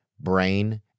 brain